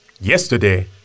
Yesterday